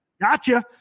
Gotcha